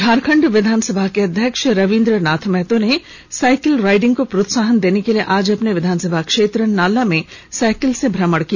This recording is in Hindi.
झारखंड विधानसभा के अध्यक्ष रबीन्द्र नाथ महतो साइकिल राइडिंग को प्रोत्साहन देने के लिए आज अपने विधानसभा क्षेत्र नाला में साइकिल से भ्रमण किया